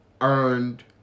earned